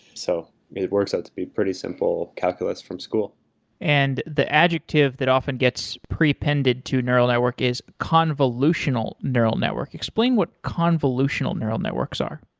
so it works out to be pretty simple calculus from school and the adjective that often gets pre-pended to neural network is convolutional neural network. explain what convolutional neural networks are.